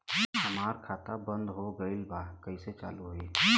हमार खाता बंद हो गईल बा कैसे चालू होई?